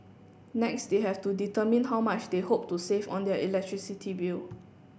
next they have to determine how much they hope to save on their electricity bill